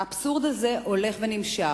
האבסורד הזה הולך ונמשך.